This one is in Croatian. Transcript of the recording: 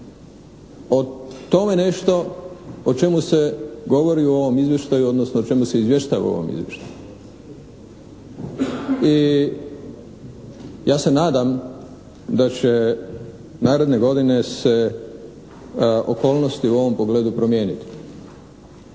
o tome nešto o čemu se govori u ovom izvještaju odnosno o čemu se izvještava u ovom izvještaju. I ja se nadam da će iduće godine se okolnosti u ovom pogledu promijeniti.